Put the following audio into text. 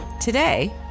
Today